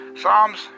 Psalms